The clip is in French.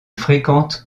fréquente